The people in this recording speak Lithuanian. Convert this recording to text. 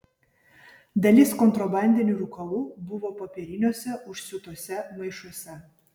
dalis kontrabandinių rūkalų buvo popieriniuose užsiūtuose maišuose